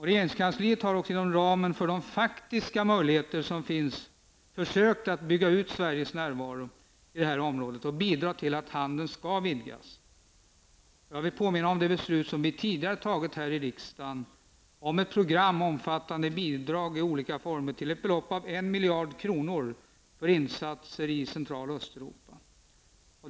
Regeringskansliet har också inom ramen för de faktiska möjligheter som finns försökt att bygga ut Sveriges närvaro i det här området och bidra till att handeln skall vidgas. Jag vill påminna om det beslut som vi tidigare fattade här i riksdagen om ett program omfattande bidrag i olika former till ett belopp av 1 miljard kronor för insatser i Centraloch Östeuropa.